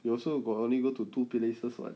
you also got only go to two places [what]